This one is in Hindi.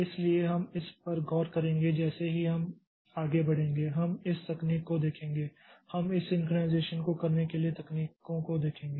इसलिए हम इस पर गौर करेंगे जैसे ही हम आगे बढ़ेंगे हम इस तकनीक को देखेंगे हम इस सिंक्रनाइज़ेशन को करने के लिए तकनीकों को देखेंगे